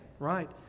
Right